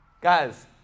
Guys